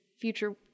future